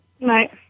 Right